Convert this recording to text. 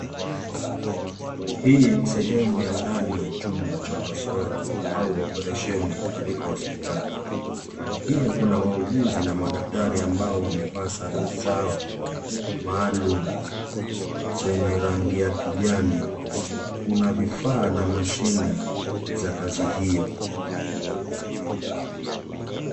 Hii ni sehemu ya ndani ya chumba cha upasuaji au operesheni katika hospitali. Pia kuna wauguzi na madaktari ambao wamevaa sare zao maalum zenye rangi ya kijani. Kuna vifaa na mashine za kazi hiyo.